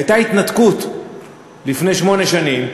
הייתה התנתקות לפני שמונה שנים,